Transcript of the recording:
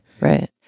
Right